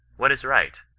what is right?